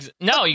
no